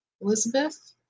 Elizabeth